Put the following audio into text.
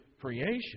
creation